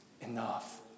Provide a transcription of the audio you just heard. enough